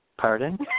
pardon